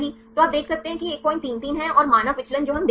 तो आप देख सकते हैं कि यह 133 है और मानक विचलन जो हम देते हैं